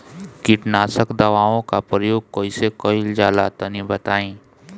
कीटनाशक दवाओं का प्रयोग कईसे कइल जा ला तनि बताई?